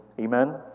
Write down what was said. Amen